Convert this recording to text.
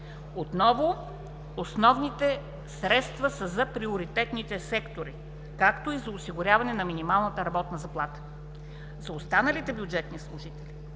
Отново основните средства са за приоритетните сектори, както и за осигуряване на минималната работна заплата. За останалите бюджетни служители